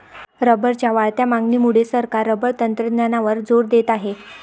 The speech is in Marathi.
रबरच्या वाढत्या मागणीमुळे सरकार रबर तंत्रज्ञानावर जोर देत आहे